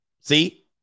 See